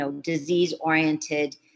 disease-oriented